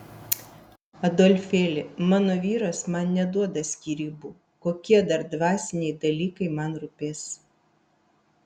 adolfėli mano vyras man neduoda skyrybų kokie dar dvasiniai dalykai man rūpės